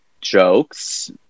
jokes